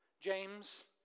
James